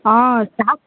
ஆ staff